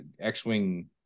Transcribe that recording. X-Wing